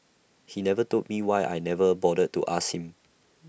he never told me why I never bothered to ask him